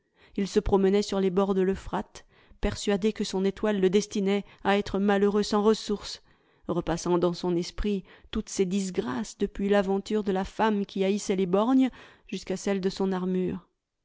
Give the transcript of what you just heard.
il se promenait sur les bords de l'euphrate persuadé que son étoile le destinait à être malheureux sans ressource repassant dans son esprit toutes ses disgrâces depuis l'aventure de la femme qui haïssait les borgnes jusqu'à celle de son armure